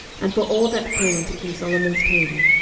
and for all that came unto king solomon's table,